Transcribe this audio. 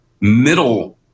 middle